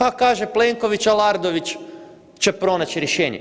A kaže Plenković, Alardović će pronaći rješenje.